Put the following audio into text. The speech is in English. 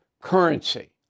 currency